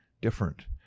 different